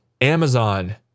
Amazon